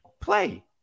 play